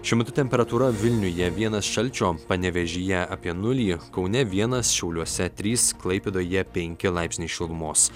šiuo metu temperatūra vilniuje vienas šalčio panevėžyje apie nulį kaune vienas šiauliuose trys klaipėdoje penki laipsniai šilumos